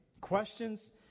questions